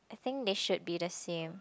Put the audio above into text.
I think they should be the same